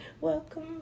welcome